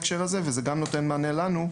זה גם נותן מענה לנו,